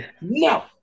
No